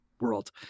world